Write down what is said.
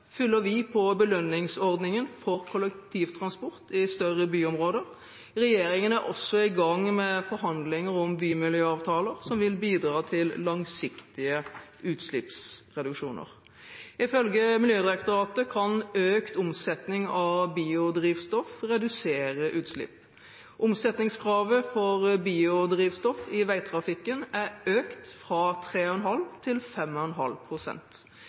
fyller vi på belønningsordningen for kollektivtransport i større byområder. Regjeringen er også i gang med forhandlinger om bymiljøavtaler som vil bidra til langsiktige utslippsreduksjoner. Ifølge Miljødirektoratet kan økt omsetning av biodrivstoff redusere utslipp. Omsetningskravet for biodrivstoff i veitrafikken er økt fra 3,5 til 5,5